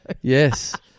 Yes